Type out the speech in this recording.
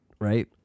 right